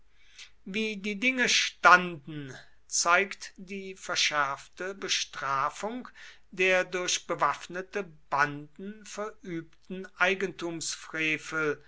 wie die dinge standen zeigt die verschärfte bestrafung der durch bewaffnete banden verübten